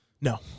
No